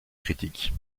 critique